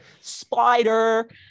spider